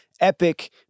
epic